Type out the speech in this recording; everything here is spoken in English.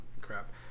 crap